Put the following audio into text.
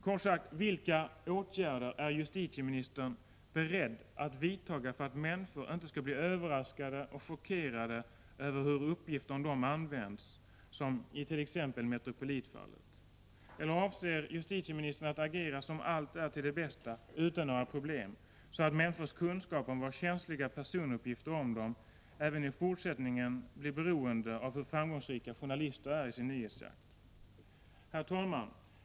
Kort sagt: Vilka åtgärder är justitieministern beredd att vidta för att människor inte skall bli överraskade och chockerade över hur uppgifter om dem används, som i Metropolitfallet? Eller avser justitieministern att agera som om allt är till det bästa, utan några problem, så att människors kunskap om var känsliga personuppgifter om dem finns även i fortsättningen blir beroende av hur framgångsrika journalister är i sin nyhetsjakt? Herr talman!